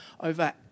over